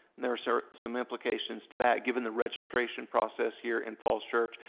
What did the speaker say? there are so some implications to that. given the registration process here in falls church,